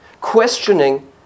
Questioning